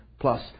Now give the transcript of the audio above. plus